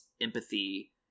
empathy